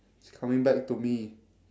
it's coming back to me